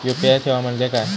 UPI सेवा म्हणजे काय?